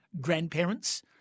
grandparents